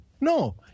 No